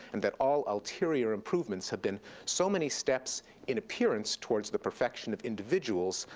and that all ulterior improvements have been so many steps in appearance towards the perfection of individuals,